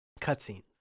cutscenes